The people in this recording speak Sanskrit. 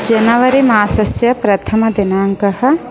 जनवरि मासस्य प्रथमदिनाङ्कः